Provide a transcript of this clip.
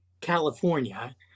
California